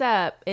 up